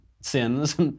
sins